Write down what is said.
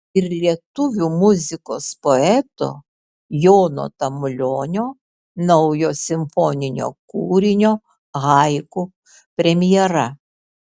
ir lietuvių muzikos poeto jono tamulionio naujo simfoninio kūrinio haiku premjera